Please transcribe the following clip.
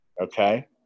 okay